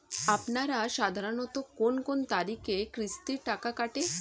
আপনারা সাধারণত কোন কোন তারিখে কিস্তির টাকা কাটে?